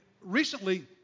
recently